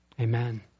Amen